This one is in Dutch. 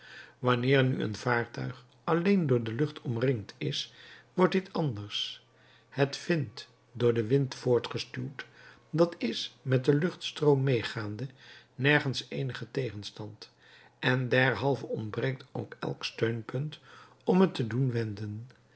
wanneer nu een vaartuig alleen door de lucht omringd is wordt dit anders het vindt door den wind voortgestuwd dat is met den luchtstroom medegaande nergens eenigen tegenstand en derhalve ontbreekt ook elk steunpunt om het te doen wenden